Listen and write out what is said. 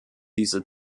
diese